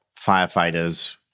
firefighters